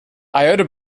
iota